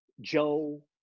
joe